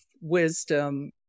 wisdom